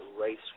race